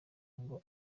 ngo